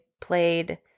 played